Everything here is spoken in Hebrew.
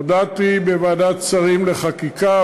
הודעתי בוועדת שרים לחקיקה,